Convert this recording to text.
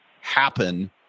happen